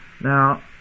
Now